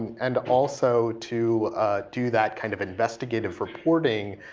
and also to do that kind of investigative reporting.